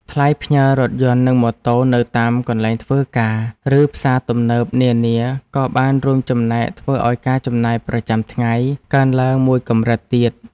ថ្លៃផ្ញើរថយន្តនិងម៉ូតូនៅតាមកន្លែងធ្វើការ ឬផ្សារទំនើបនានាក៏បានរួមចំណែកធ្វើឱ្យការចំណាយប្រចាំថ្ងៃកើនឡើងមួយកម្រិតទៀត។